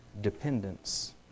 dependence